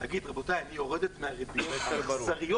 להגיד 'רבותי, אני יורדת מהריביות האכזריות'.